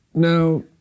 Now